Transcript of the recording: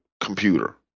computer